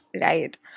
Right